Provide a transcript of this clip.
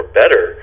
better